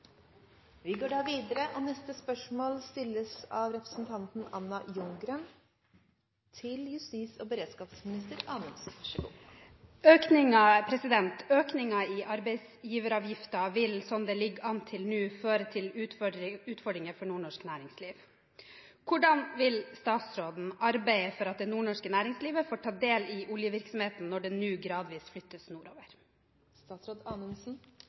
Spørsmål 17, fra representanten Anna Ljunggren til olje- og energiministeren, vil bli besvart at justisministeren. «Økningen i arbeidsgiveravgiften vil, slik det ligger an til nå, føre til utfordringer for nord-norsk næringsliv. Hvordan vil statsråden arbeide for at det nord-norske næringslivet får ta del i oljevirksomheten når den nå gradvis flyttes nordover?»